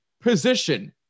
position